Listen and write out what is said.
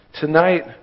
Tonight